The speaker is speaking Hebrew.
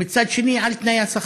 ומצד שני על תנאי השכר.